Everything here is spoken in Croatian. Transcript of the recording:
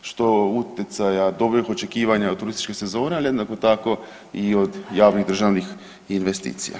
što utjecaja dobrih očekivanja od turističke sezone, ali jednako tako i od javnih državnih investicija.